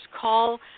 Call